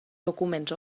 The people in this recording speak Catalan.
documents